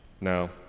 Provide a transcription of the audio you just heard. No